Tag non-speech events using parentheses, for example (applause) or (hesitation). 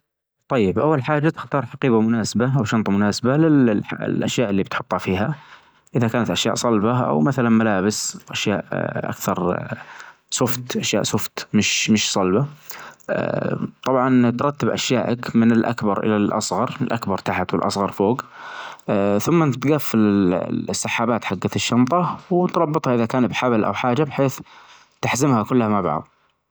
طيب اول حاجة تختار حقيبة مناسبة او شنطة مناسبة للاشياء اللي بتحطها فيها اذا كانت اشياء صلبة او مثلا ملابس اشياء اكثر (hesitation) سوفت اشياء سوفت مش مش صلبة (hesitation) طبعا ترتب اشيائك من الاكبر الى الاصغر الاكبر تحت والاصغر فوج (hesitation) ثم انت تجفل السحابات حجت الشنطة وتربطها اذا كان بحبل او حاجة بحيث تحزمها كلها مع بعظ.